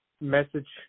message